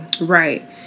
Right